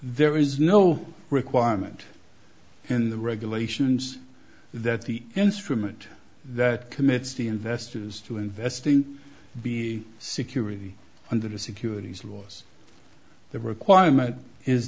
there is no requirement in the regulations that the instrument that commits the investors to investing be security under the securities laws the requirement is